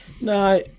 No